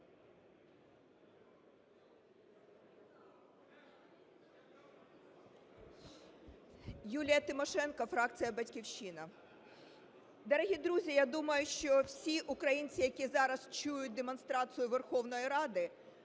Юлія Тимошенко, фракція "Батьківщина". Дорогі друзі, я думаю, що всі українці, які зараз чують демонстрацію Верховної Ради,